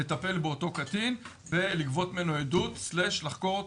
לטפל באותו קטין ולגבות ממנו עדות או לחקור אותו,